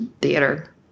theater